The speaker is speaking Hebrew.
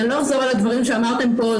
אני לא אחזור על הדברים שאמרתם פה,